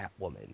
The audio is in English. Catwoman